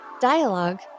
Dialogue